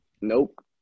Nope